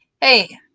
Hey